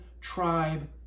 tribe